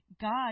God